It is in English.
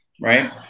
Right